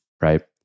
right